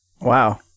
Wow